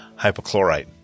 hypochlorite